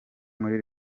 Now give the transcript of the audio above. muri